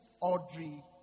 Audrey